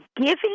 giving